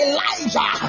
Elijah